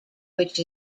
which